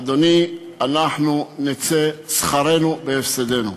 אדוני, יצא שכרנו בהפסדנו.